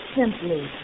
simply